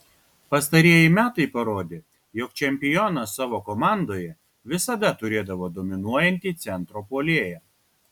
pastarieji metai parodė jog čempionas savo komandoje visada turėdavo dominuojantį centro puolėją